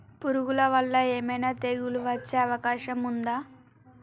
పురుగుల వల్ల ఏమైనా తెగులు వచ్చే అవకాశం ఉందా?